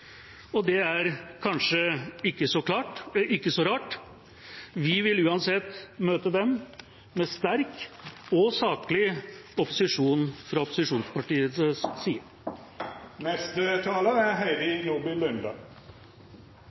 regjering. Det er kanskje ikke så rart. Vi vil uansett møte dem med sterk og saklig opposisjon fra opposisjonspartienes side.